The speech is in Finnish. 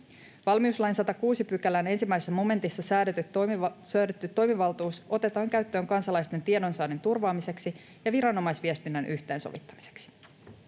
Valmiuslain 106 §:n 1 momentissa säädetty toimivaltuus otetaan käyttöön kansalaisten tiedonsaannin turvaamiseksi ja viranomaisviestinnän yhteensovittamiseksi.